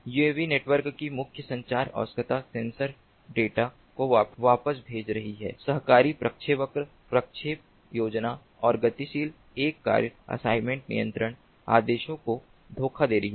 UAV network की मुख्य संचार आवश्यकता सेंसर डेटा को वापस भेज रही है सहकारी प्रक्षेपवक्र प्रक्षेप योजना और गतिशील एक कार्य असाइनमेंट नियंत्रण आदेशों को धोखा दे रही है